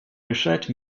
решать